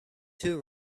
two